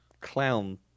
clown